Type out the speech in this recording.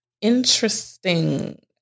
Interesting